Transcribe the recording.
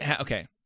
Okay